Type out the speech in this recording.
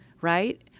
right